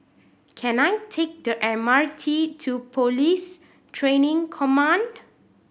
can I take the M R T to Police Training Command